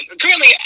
currently